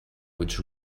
which